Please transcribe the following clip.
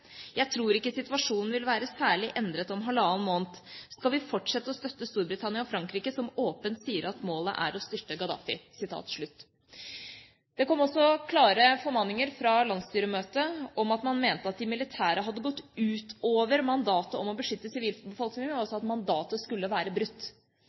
Jeg tror ikke situasjonen vil være særlig endret om halvannen måned. Skal vi fortsette å støtte Storbritannia og Frankrike som åpent sier målet er å styrte Gadafi?» Det kom også klare formaninger fra landsstyremøtet om at man mente at de militære hadde gått utover mandatet om å beskytte sivilbefolkningen